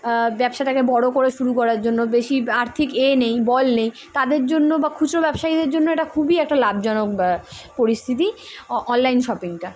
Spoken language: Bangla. ব্যবসাটাকে বড়ো করে শুরু করার জন্য বেশি আর্থিক এ নেই বল নেই তাদের জন্য বা খুচরো ব্যবসায়ীদের জন্য এটা খুবই একটা লাভজনক পরিস্থিতি অনলাইন শপিংটা